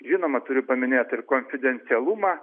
žinoma turiu paminėt ir konfidencialumą